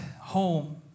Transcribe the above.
home